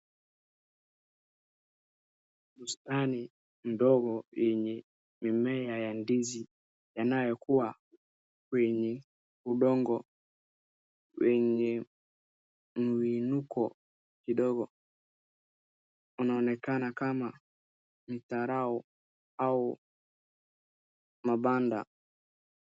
Mstari mdogo yenye mimea ya ndizi yanayokuwa kwenye undogo wenye mwinuko kidogo. Unaonekana kama mitarao au mapanda.